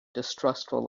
distrustful